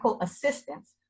assistance